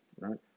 right